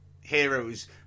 heroes